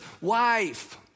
wife